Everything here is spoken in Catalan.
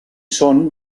són